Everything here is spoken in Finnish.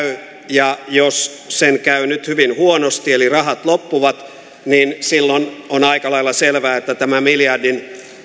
ja jos sen käy nyt hyvin huonosti eli rahat loppuvat niin silloin on aika lailla selvää että tätä miljardin